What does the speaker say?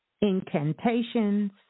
incantations